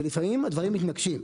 ולפעמים הדברים מתנגשים,